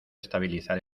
estabilizar